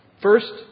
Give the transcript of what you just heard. First